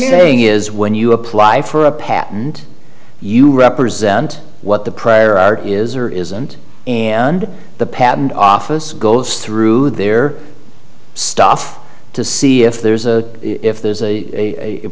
saying is when you apply for a patent you represent what the prior art is or isn't and the patent office goes through their stuff to see if there's a if there's a